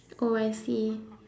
oh I see